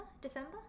December